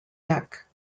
deck